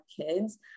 kids